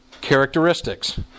characteristics